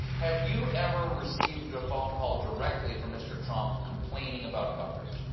have you ever received a phone call directly from mr. trump complaining about coverage?